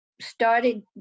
started